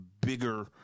bigger